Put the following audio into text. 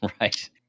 right